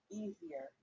easier